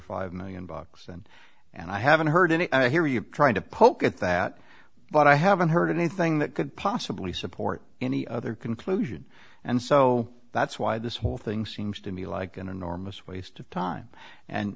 five million bucks and and i haven't heard any i hear you trying to poke at that but i haven't heard anything that could possibly support any other conclusion and so that's why this whole thing seems to me like an enormous waste of time